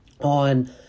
on